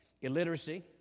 illiteracy